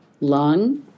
Lung